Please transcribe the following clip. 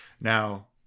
now